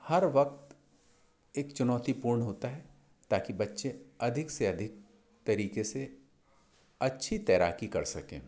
हर वक्त एक चुनौतीपूर्ण होता है ताकि बच्चे अधिक से अधिक तरीके से अच्छी तैराकी कर सकें